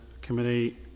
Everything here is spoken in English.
Committee